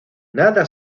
nada